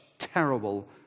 terrible